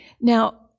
Now